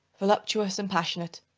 voluptuous and passionate,